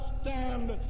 stand